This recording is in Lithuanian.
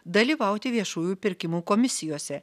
dalyvauti viešųjų pirkimų komisijose